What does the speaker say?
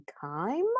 time